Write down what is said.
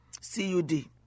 C-U-D